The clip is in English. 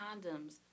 condoms